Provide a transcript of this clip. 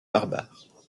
barbare